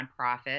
nonprofit